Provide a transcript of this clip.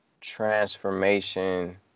transformation